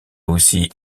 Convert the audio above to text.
aussi